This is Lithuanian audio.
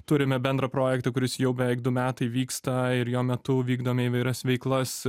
turime bendrą projektą kuris jau beveik du metai vyksta ir jo metu vykdome įvairias veiklas